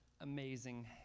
amazing